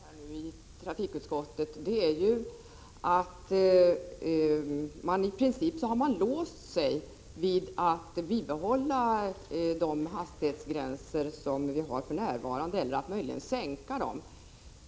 Herr talman! Det som majoriteten i trafikutskottet beslutat innebär ju att man i princip har låst sig vid att bibehålla de nuvarande hastighetsgränserna eller att möjligen sänka dem.